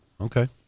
Okay